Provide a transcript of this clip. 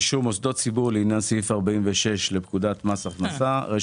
580496180 העמותה לפיתוח מעלה עמוס 580485787